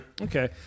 Okay